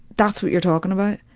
that's what you're talking about.